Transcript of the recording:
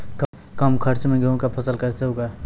कम खर्च मे गेहूँ का फसल कैसे उगाएं?